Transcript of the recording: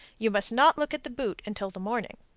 you must not look at the boot until the morning.